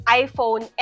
iPhone